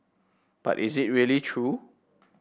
but is it really true